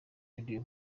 radiyo